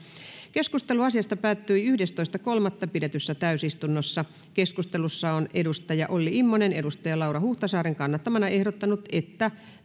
keskustelu asiasta päättyi yhdestoista kolmatta kaksituhattayhdeksäntoista pidetyssä täysistunnossa keskustelussa on olli immonen laura huhtasaaren kannattamana ehdottanut että